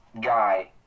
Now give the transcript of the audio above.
guy